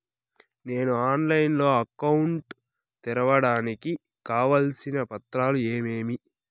నేను ఆన్లైన్ లో అకౌంట్ తెరవడానికి కావాల్సిన పత్రాలు ఏమేమి?